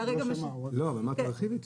לא, אבל תרחיבי.